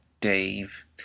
Dave